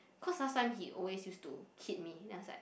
cause last time he always used to hit me then I was like